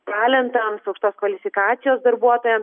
talentams aukštos kvalifikacijos darbuotojams